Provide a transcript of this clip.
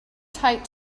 tight